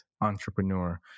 entrepreneur